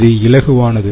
இது இலகுவானது